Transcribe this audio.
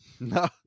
No